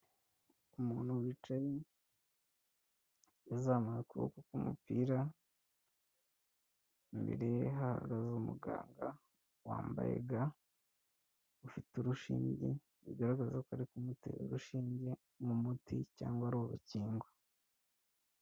Umuntu wicaye, yazamuye ukuboko k'umupira, imbere ye hahagaze umuganga, wambaye ga, ufite urushinge, bigaragaza ko ari kumutera urushinge mu muti, cyangwa ari urukingo.